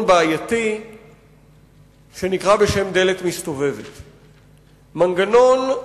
בעייתי שנקרא בשם "דלת מסתובבת"; מנגנון,